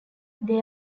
they